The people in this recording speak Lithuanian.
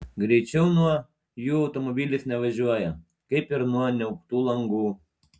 greičiau nuo jų automobilis nevažiuoja kaip ir nuo niauktų langų